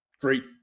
great